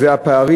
אלה הפערים.